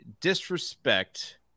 disrespect